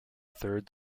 third